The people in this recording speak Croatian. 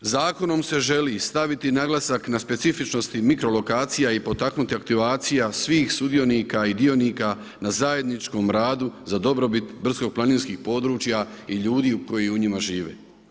Zakonom se želi staviti naglasak na specifičnosti mikrolokacija i potaknuti aktivacija svih sudionika i dionika na zajedničkom radu za dobrobit brdsko-planinskih područja i ljudi koji u njima žive.